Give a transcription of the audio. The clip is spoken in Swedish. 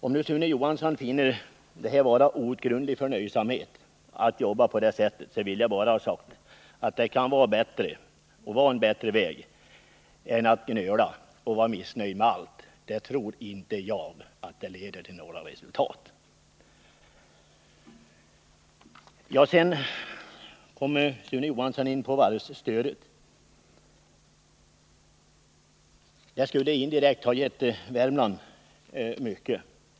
Om nu Sune Johansson finner det vara uttryck för outgrundlig förnöjsamhet att arbeta på det sättet, vill jag bara säga att det kan vara en bättre väg än att gnöla och vara missnöjd med allt. Jag tror inte att det leder till några resultat. Sune Johansson gick vidare in på frågan om varvsstödet, som enligt hans uppfattning indirekt skulle ha betytt mycket också för Värmland.